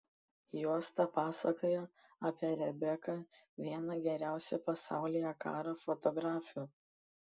juosta pasakoja apie rebeką vieną geriausių pasaulyje karo fotografių